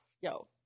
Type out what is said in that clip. yo